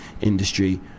industry